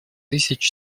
тысяч